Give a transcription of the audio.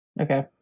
Okay